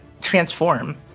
transform